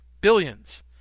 billions